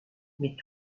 mais